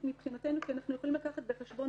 מבחינתנו כי אנחנו יכולים להביא בחשבון,